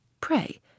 Pray